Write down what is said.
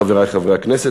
חברי חברי הכנסת,